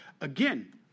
again